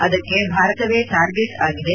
ಅದಕ್ಕೆ ಭಾರತವೇ ಟಾರ್ಗೆಟ್ ಆಗಿದೆ